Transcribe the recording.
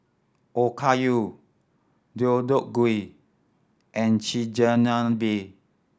Okayu Deodeok Gui and Chigenabe